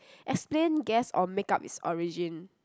explain guess or make-up it's origin